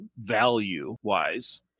value-wise